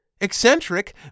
eccentric